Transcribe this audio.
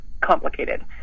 complicated